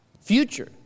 Future